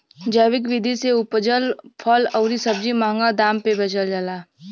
जैविक विधि से उपजल फल अउरी सब्जी महंगा दाम पे बेचल जाला